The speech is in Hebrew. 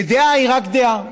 ודעה היא רק דעה